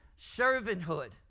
servanthood